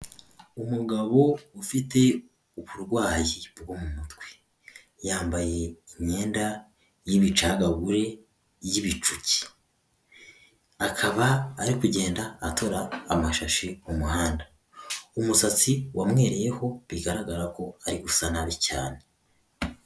Umugabo ufite uburwayi bwo mu mutwe, yambaye imyenda y'ibicagagure y'ibicuke, akaba ari kugenda atora amashashi mu muhanda, umusatsi wamwereyeho bigaragara ko ari gusa nabi cyane.